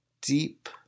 deep